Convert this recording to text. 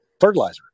fertilizer